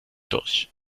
durch